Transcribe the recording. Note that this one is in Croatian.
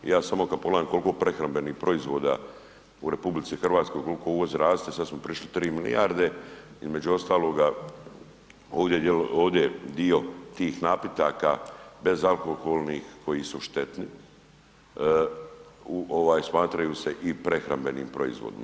Ali ja samo kada pogledam koliko prehrambenih proizvoda u RH koliko uvoz raste, sada smo prešli 3 milijarde između ostaloga ovdje je dio tih napitaka bezalkoholnih koji su štetni smatraju se prehrambenim proizvodima.